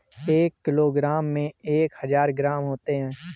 एक किलोग्राम में एक हजार ग्राम होते हैं